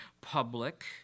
public